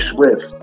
Swift